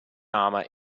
armor